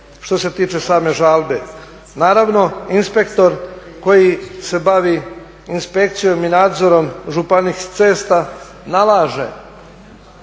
što se tiče same žalbe. Naravno, inspektor koji se bavi inspekcijom i nadzorom županijskih cesta nalaže